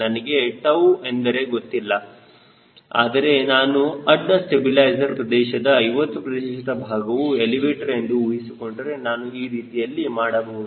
ನನಗೆ 𝜏 ಎಂದರೆ ಗೊತ್ತಿಲ್ಲ ಆದರೂ ನಾನು ಅಡ್ಡ ಸ್ಟಬಿಲೈಜರ್ ಪ್ರದೇಶದ 50 ಪ್ರತಿಶತ ಭಾಗವು ಎಲಿವೇಟರ್ ಎಂದು ಊಹಿಸಿಕೊಂಡರೆ ನಾನು ಈ ರೀತಿಯಲ್ಲಿ ಮಾಡಬಹುದು